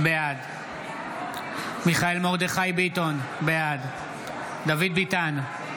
בעד מיכאל מרדכי ביטון, בעד דוד ביטן,